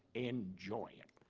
enjoy it!